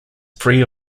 free